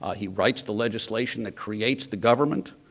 ah he writes the legislation that creates the government.